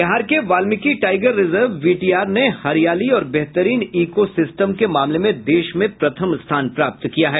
बिहार के Valmiki tiger reserve VTR ने हरियाली और बेहतरीन ईको सिस्टम के मामले में देश में प्रथम स्थान प्राप्त किया है